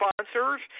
sponsors